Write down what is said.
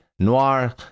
Noir